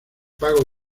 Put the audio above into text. pago